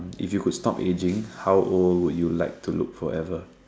if you could stop aging how old would you like to look forever